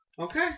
Okay